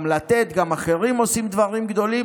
גם לתת וגם אחרים עושים דברים גדולים,